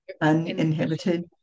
uninhibited